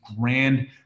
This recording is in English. grand